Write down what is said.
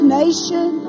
nation